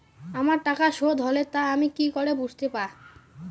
আমার টাকা শোধ হলে তা আমি কি করে বুঝতে পা?